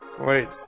Wait